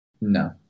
No